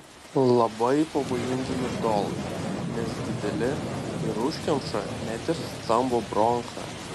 labai pavojingi migdolai nes dideli ir užkemša net ir stambų bronchą